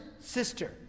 sister